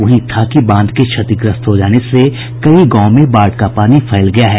वहीं थाकी बांध के क्षतिग्रस्त हो जाने से कई गांवों में बाढ़ का पानी फैल गया है